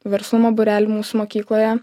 verslumo būrelį mūsų mokykloje